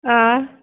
آ